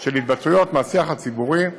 של התבטאויות מהשיח הציבורי,